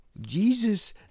Jesus